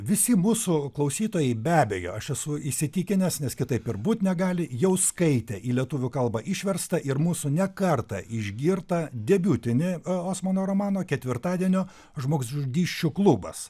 visi mūsų klausytojai be abejo aš esu įsitikinęs nes kitaip ir būt negali jau skaitė į lietuvių kalbą išverstą ir mūsų ne kartą išgirtą debiutinį osmano romano ketvirtadienio žmogžudysčių klubas